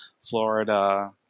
Florida